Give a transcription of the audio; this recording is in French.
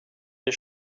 les